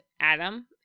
Adam